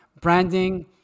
Branding